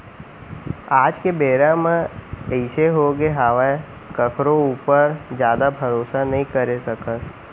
आज के बेरा म अइसे होगे हावय कखरो ऊपर जादा भरोसा नइ करे सकस